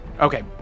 Okay